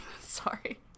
sorry